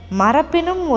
Marapinum